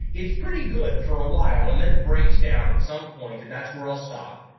it's pretty good for awhile and then it breaks down at some point, and that's where i'll stop.